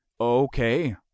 Okay